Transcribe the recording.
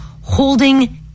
holding